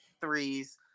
threes